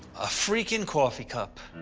a freaking coffee cup.